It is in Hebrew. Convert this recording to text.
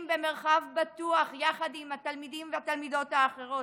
במרחב בטוח יחד עם התלמידים והתלמידות האחרים,